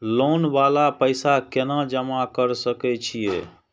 Loan वाला पैसा केना जमा कर सके छीये?